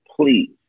please